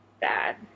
bad